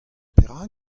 perak